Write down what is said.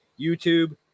YouTube